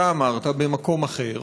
אתה אמרת במקום אחר,